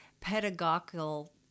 pedagogical